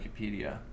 Wikipedia